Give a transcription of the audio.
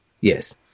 Yes